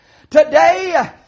Today